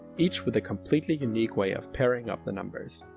each with a completely unique way of pairing up the numbers.